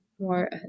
more